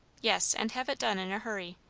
yes, and have it done in a hurry.